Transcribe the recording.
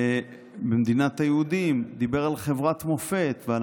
וב"מדינת היהודים" דיבר על חברת מופת ועל